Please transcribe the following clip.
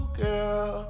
girl